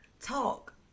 Talk